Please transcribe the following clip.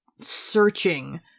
searching